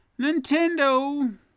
Nintendo